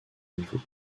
niveau